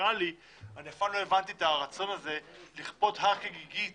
אני אף פעם לא הבנתי את הרצון הזה לכפות הר כגיגית